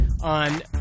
on